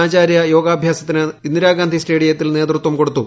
ആചാര്യ യോഗാഭ്യാസത്തിന് ഇന്ദിരാഗന്ധി സ്റ്റേഡിയത്തിൽ നേതൃത്വം കൊടുത്തു